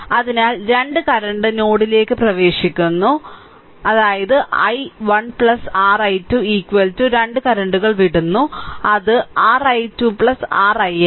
അതിനാൽ 2 കറന്റ് നോഡിലേക്ക് പ്രവേശിക്കുന്നു അതായത് i1 r 12 2 കറന്റുകൾ വിടുന്നു അത് r i 2 r ix